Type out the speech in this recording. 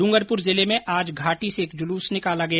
डूंगरपुर जिले में आज घाटी से एक जुलुस निकाला गया